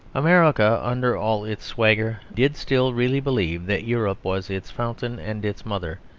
america, under all its swagger, did still really believe that europe was its fountain and its mother,